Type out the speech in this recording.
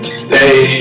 stay